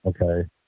Okay